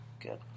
Good